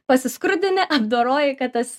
pasiskrudini apdoroji kad tas